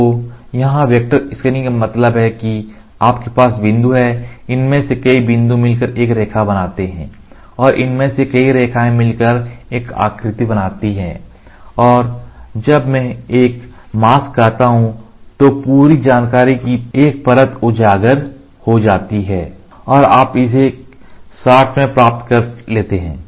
तो यहाँ vector scanning का मतलब है कि आपके पास बिंदु है इनमें से कई बिंदु मिलकर एक रेखा बनाते हैं और इनमें से कई रेखाएँ मिलकर एक आकृति बनाती हैं और जब मैं एक मास्क कहता हूं तो पूरी जानकारी की एक परत उजागर हो जाती है और आप इसे एक शॉट में प्राप्त कर लेते हैं